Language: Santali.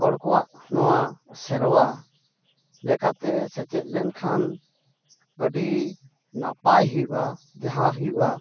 ᱦᱚᱲ ᱠᱚᱣᱟᱜ ᱱᱚᱣᱟ ᱥᱮᱨᱣᱟ ᱞᱮᱠᱟᱛᱮ ᱥᱮᱪᱮᱫ ᱞᱮᱱᱠᱷᱟᱱ ᱟᱹᱰᱤ ᱱᱟᱯᱟᱭ ᱦᱩᱭᱩᱜᱼᱟ ᱡᱟᱦᱟᱸ ᱦᱩᱭᱩᱜᱼᱟ